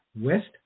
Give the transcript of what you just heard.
West